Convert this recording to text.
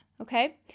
okay